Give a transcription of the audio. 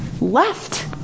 left